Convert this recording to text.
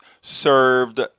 served